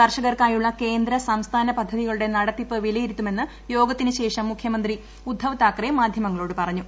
കർഷകർക്കായുള്ള കേന്ദ്ര സംസ്ഥാന പദ്ധതികളുടെ നടത്തിപ്പ് വിലയിരുത്തുമെന്ന് യോഗത്തിനു ശേഷം മുഖ്യമന്ത്രി ഉദ്ദവ് താക്കറേ മാധ്യമങ്ങളോട് പറഞ്ഞു